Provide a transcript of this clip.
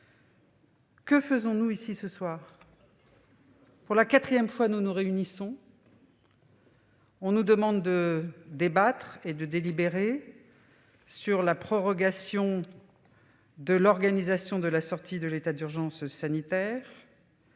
que faisons-nous ici, ce soir ? Nous sommes réunis pour la quatrième fois et l'on nous demande de débattre et de délibérer sur la prorogation de l'organisation de la sortie de l'état d'urgence sanitaire.